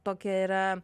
tokia yra